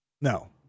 no